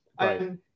Right